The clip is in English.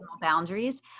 boundaries